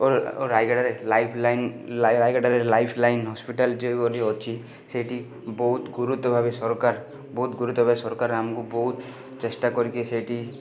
ଓ ଓ ରାୟଗଡ଼ାରେ ଲାଇଫଲାଇନ ରାୟଗଡ଼ାରେ ଲାଇଫଲାଇନ ହସ୍ପିଟାଲ ଯେଉଁଗୁଡ଼ିକ ଅଛି ସେଇଠି ବହୁତ ଗୁରୁତ୍ୱଭାବେ ସରକାର ବହୁତ ଗୁରୁତ୍ୱଭାବେ ସରକାର ଆମକୁ ବହୁତ ଚେଷ୍ଟା କରିକି ସେଇଠି